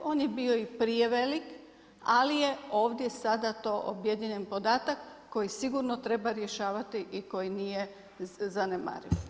On je bio i prije veliki, ali je ovdje sada objedinjen podatak koji sigurno treba rješavati i koji nije zanemariv.